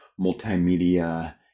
multimedia